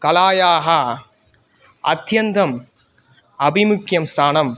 कलायाः अत्यन्तम् अभिमुख्यं स्थानम्